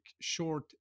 short